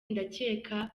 ndakeka